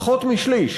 פחות משליש